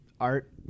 art